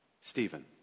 Stephen